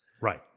right